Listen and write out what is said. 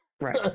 Right